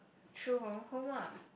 true home home lah